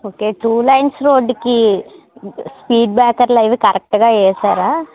okay two lanes రోడ్డుకి speed బ్రేకర్లు అవి కరెక్ట్గా వేసారా